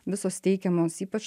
visos teikiamos ypač